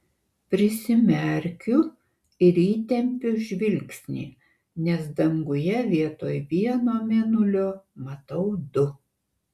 prisimerkiu ir įtempiu žvilgsnį nes danguje vietoj vieno mėnulio matau du